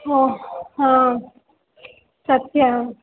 ओ हा सत्यम्